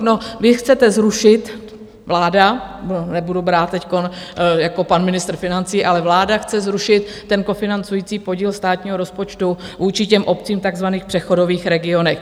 No, vy chcete zrušit vláda, nebudu brát teď jako pan ministr financí ale vláda chce zrušit ten kofinancující podíl státního rozpočtu vůči obcím v takzvaných přechodových regionech.